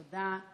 תודה.